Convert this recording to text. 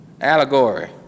allegory